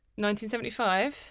1975